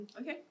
Okay